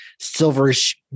silverish